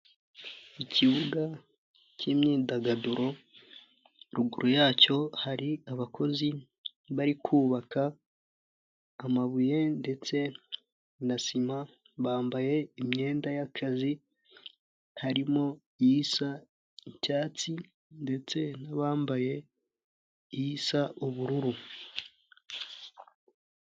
Ikibuga cy'imyidagaduro, ruguru yacyo hari abakozi bari kubaka amabuye ndetse na sima, bambaye imyenda y'akazi, harimo isa icyatsi ndetse n'abambaye isa ubururu.